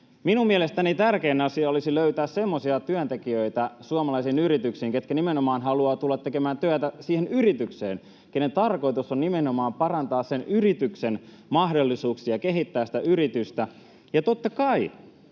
Minun mielestäni tärkein asia olisi löytää suomalaisiin yrityksiin semmoisia työntekijöitä, jotka nimenomaan haluavat tulla tekemään työtä siihen yritykseen, joiden tarkoitus on nimenomaan parantaa sen yrityksen mahdollisuuksia kehittää sitä yritystä, ja totta kai,